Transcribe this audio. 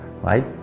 Right